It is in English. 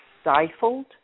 stifled